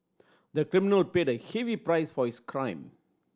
the criminal paid a heavy price for his crime